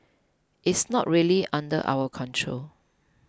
it's not really under our control